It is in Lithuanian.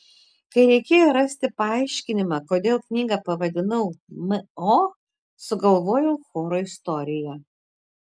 kai reikėjo rasti paaiškinimą kodėl knygą pavadinau mo sugalvojau choro istoriją